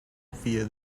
via